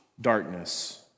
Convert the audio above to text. Darkness